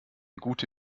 gute